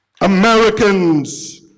Americans